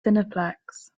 cineplex